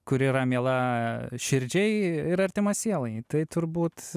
kuri yra miela širdžiai ir artima sielai tai turbūt